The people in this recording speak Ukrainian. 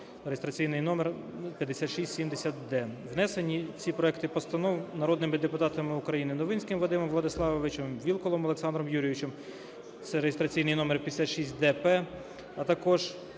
(реєстраційний номер 5670-д). Внесені ці проекти постанов народними депутатами України: Новинським Вадимом Владиславовичем, Вілкулом Олександром Юрійовичем (це реєстраційний номер 5670-д-П), а також